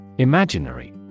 Imaginary